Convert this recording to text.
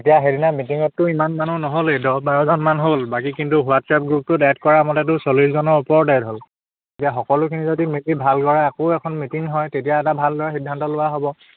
এতিয়া সেইদিনা মিটিঙতটো ইমান মানুহ নহ'লেই দহ বাৰজনমান হ'ল বাকী কিন্তু হোৱাটছএপ গ্ৰুপটোত এড কৰা মতেটো চল্লিছজনৰ ওপৰত এড হ'ল এতিয়া সকলোখিনি যদি মিলি ভালদৰে আকৌ এখন মিটিং হয় তেতিয়া এটা ভালদৰে সিদ্ধান্ত লোৱা হ'ব